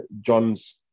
John's